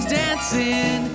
dancing